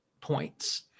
points